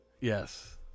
Yes